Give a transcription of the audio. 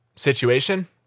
Situation